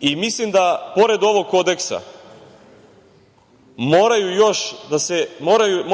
godine. Mislim da pored ovog kodeksa mora